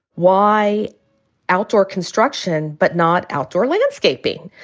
why outdoor construction, but not outdoor landscaping?